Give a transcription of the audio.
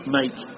make